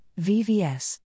VVS